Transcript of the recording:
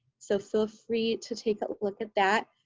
so feel free to take a look at that.